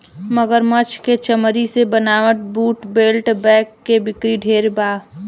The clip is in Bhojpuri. मगरमच्छ के चमरी से बनावल बूट, बेल्ट, बैग के बिक्री ढेरे बा